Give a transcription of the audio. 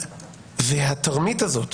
התרמית הזאת